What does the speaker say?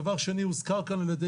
דבר שני, הוזכר כאן על ידי